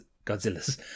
godzilla's